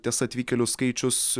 tas atvykėlių skaičius